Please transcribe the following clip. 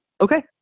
okay